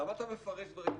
למה אתה מפרק דברים?